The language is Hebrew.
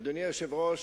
אדוני היושב-ראש,